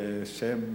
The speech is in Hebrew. בשם